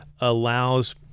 allows